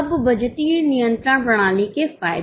अब बजटीय नियंत्रण प्रणाली के फायदे